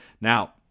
Now